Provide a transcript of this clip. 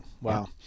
Wow